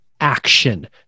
action